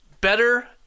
Better